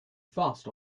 fast